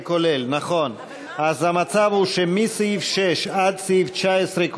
אז המצב הוא שמסעיף 6 עד סעיף 19,